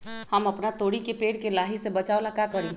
हम अपना तोरी के पेड़ के लाही से बचाव ला का करी?